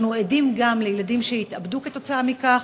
אנחנו עדים גם לילדים שהתאבדו כתוצאה מכך,